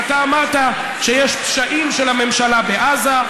ואתה אמרת שיש פשעים של הממשלה בעזה,